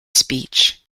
speech